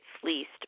fleeced